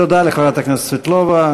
תודה לחברת הכנסת סבטלובה.